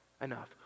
enough